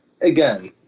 again